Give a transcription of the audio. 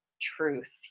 truth